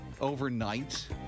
overnight